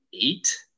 eight